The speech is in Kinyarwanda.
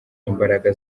imbaraga